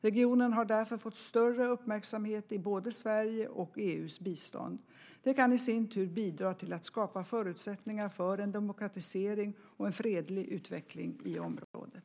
Regionen har därför fått större uppmärksamhet i både Sveriges och EU:s bistånd. Det kan i sin tur bidra till att skapa förutsättningar för en demokratisering och en fredlig utveckling i området.